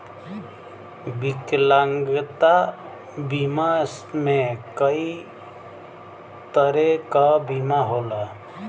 विकलांगता बीमा में कई तरे क बीमा होला